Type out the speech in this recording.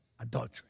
adultery